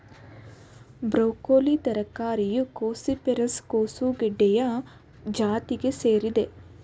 broccoli ತರಕಾರಿಯು cruciferous ಕೋಸುಗಡ್ಡೆಯ ಜಾತಿಗೆ ಸೇರಿದೆ